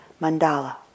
mandala